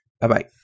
Bye-bye